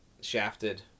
shafted